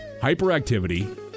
hyperactivity